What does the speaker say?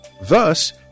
Thus